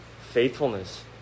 faithfulness